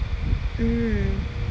mm